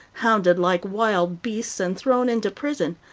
hounded like wild beasts, and thrown into prison.